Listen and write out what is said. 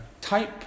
type